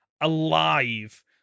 alive